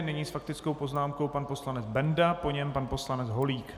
Nyní s faktickou poznámkou pan poslanec Benda, po něm pan poslanec Holík.